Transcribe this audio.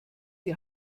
die